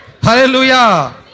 Hallelujah